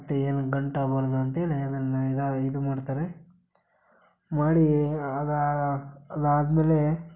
ಮತ್ತು ಏನೂ ಗಂಟಾಗ್ಬಾರ್ದು ಅಂತೇಳಿ ಅದನ್ನೇ ಇದು ಇದು ಮಾಡ್ತಾರೆ ಮಾಡಿ ಅದಾದ ಮೇಲೆ